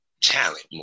talent